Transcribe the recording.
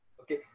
Okay